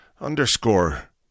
underscore